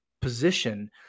position